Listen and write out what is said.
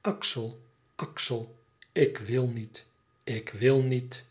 axel axel ik wil niet ik wil niet